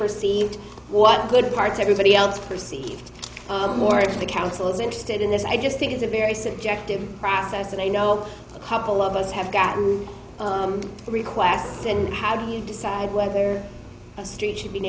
perceived what good parts everybody else perceived more of the council is interested in this i just think it's a very subjective process and i know a couple of us have gotten requests and how do you decide whether a street should be